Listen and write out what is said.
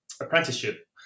apprenticeship